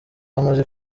bamaze